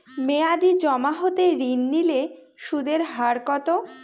মেয়াদী জমা হতে ঋণ নিলে সুদের হার কত?